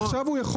עכשיו,